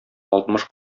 алтмыш